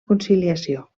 conciliació